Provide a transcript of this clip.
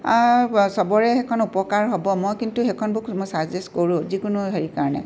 চবৰে সেইখন উপকাৰ হ'ব মই কিন্তু সেইখন বুক মই ছাজেষ্ট কৰোঁ যিকোনো হেৰি কাৰণে